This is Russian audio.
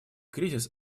кризис